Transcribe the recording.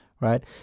right